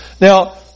Now